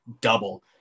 double